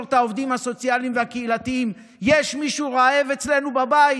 את העובדים הסוציאליים והקהילתיים: יש מישהו רעב אצלנו בבית?